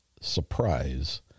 surprise